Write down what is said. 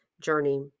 journey